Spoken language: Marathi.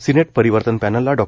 सिनेट परिवर्तन पॅनलला डॉ